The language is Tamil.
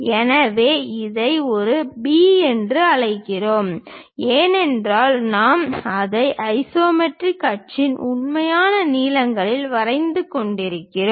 எனவே இதை ஒரு B என்று அழைக்கவும் ஏனென்றால் நாம் அதை ஐசோமெட்ரிக் அச்சில் உண்மையான நீளங்களில் வரைந்து கொண்டிருக்கிறோம்